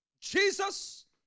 Jesus